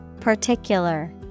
Particular